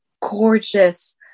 gorgeous